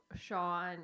Sean